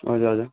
हजुर हजुर